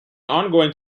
ongoing